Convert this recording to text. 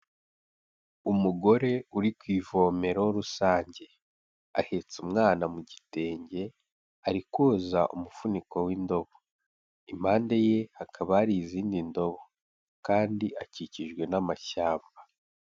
Umugore uri ku ivomero rusange ahetse umwana mu gitenge ari koza umufuniko w'indobo, impande ye hakaba hari izindi ndobo kandi akikijwe n'amashyamba.